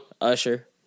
Usher